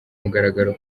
mugaragaro